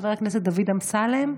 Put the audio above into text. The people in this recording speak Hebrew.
חבר הכנסת דוד אמסלם,